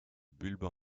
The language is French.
bulbes